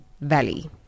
Valley